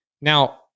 Now